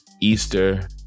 Easter